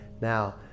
Now